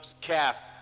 calf